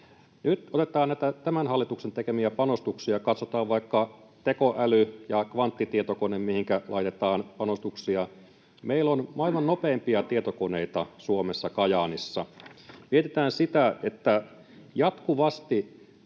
Nyt katsotaan näitä tämän hallituksen tekemiä panostuksia, vaikka tekoäly ja kvanttitietokone, mihinkä laitetaan panostuksia: Meillä on maailman nopeimpia tietokoneita Suomessa, Kajaanissa. Mietitään, että jatkuvasti